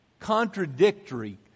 contradictory